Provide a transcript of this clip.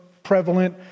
prevalent